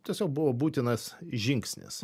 tiesiog buvo būtinas žingsnis